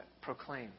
proclaim